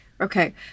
okay